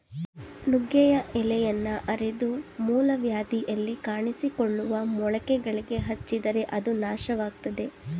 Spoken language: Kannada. ನುಗ್ಗೆಯ ಎಲೆಯನ್ನ ಅರೆದು ಮೂಲವ್ಯಾಧಿಯಲ್ಲಿ ಕಾಣಿಸಿಕೊಳ್ಳುವ ಮೊಳಕೆಗಳಿಗೆ ಹಚ್ಚಿದರೆ ಅದು ನಾಶವಾಗ್ತದೆ